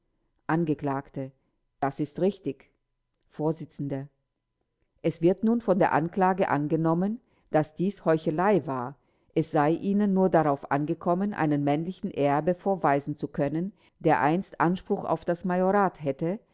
angekl das ist richtig vors es wird nun von der anklage angenommen daß dies heuchelei war es sei ihnen nur darauf angekommen einen männlichen erben vorweisen zu können der einst anspruch auf das majorat hätte